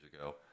ago